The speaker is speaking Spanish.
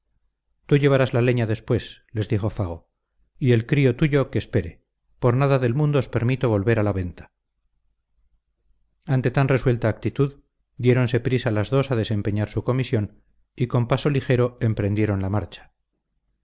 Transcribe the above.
tú llevarás la leña después les dijo fago y el crío tuyo que espere por nada del mundo os permito volver a la venta ante tan resuelta actitud diéronse prisa las dos a desempeñar su comisión y con paso ligero emprendieron la marcha